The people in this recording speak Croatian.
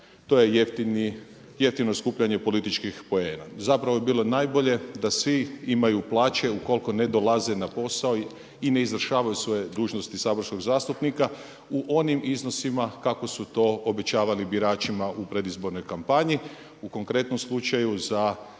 to je jeftino skupljanje političkih poena. Zapravo bi bilo najbolje da svi imaju plaće ukoliko ne dolaze na posao i ne izvršavaju svoje dužnosti saborskog zastupnika u onim iznosima kako su to obećavali biračima u predizbornoj kampanji u konkretnom slučaju za